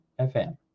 FM